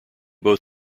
both